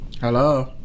Hello